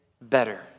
better